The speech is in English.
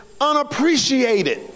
unappreciated